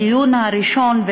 בדיון הראשון,